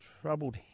Troubled